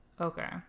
Okay